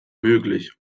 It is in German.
möglich